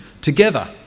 together